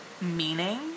meaning